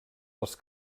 els